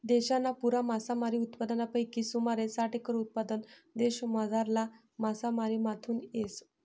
देशना पुरा मासामारी उत्पादनपैकी सुमारे साठ एकर उत्पादन देशमझारला मासामारीमाथून येस